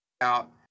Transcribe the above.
out